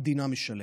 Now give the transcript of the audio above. המדינה משלמת.